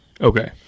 Okay